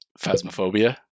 phasmophobia